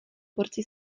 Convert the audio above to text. porci